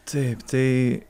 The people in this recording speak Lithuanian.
taip tai